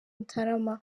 mutarama